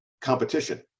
competition